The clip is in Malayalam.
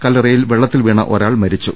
കല്പറയിൽ വെള്ളത്തിൽ വീണ ഒരാൾ മരിച്ചു